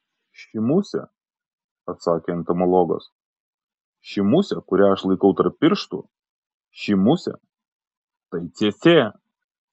ši musė atsakė entomologas ši musė kurią aš laikau tarp pirštų ši musė tai cėcė